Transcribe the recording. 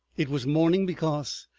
it was morning because,